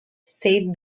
said